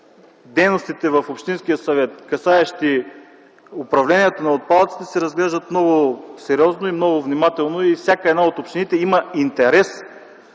дейностите в общинския съвет, касаещи управлението на отпадъците, се разглеждат много сериозно и много внимателно. Всяка една от общините има интерес